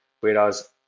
Whereas